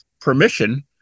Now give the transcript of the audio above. permission